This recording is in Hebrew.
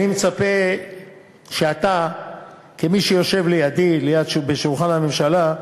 אני מצפה שאתה, כמי שיושב לידי בשולחן הממשלה,